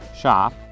shop